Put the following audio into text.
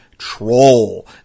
Troll